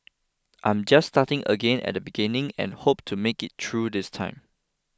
I'm just starting again at the beginning and hope to make it through this time